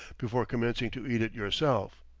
before commencing to eat it yourself.